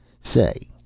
Say